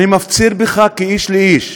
אני מפציר בך כאיש לאיש,